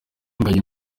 ingagi